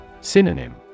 Synonym